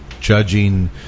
judging